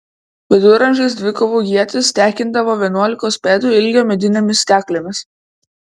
viduramžiais dvikovų ietis tekindavo vienuolikos pėdų ilgio medinėmis staklėmis